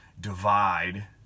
divide